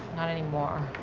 not anymore.